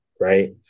right